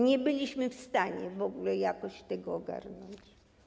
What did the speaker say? Nie byliśmy w stanie w ogóle jakoś tego ogarnąć.